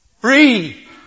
Free